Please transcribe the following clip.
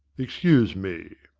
excuse me